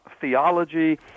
theology